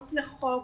עו"ס לחוק,